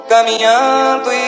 Caminhando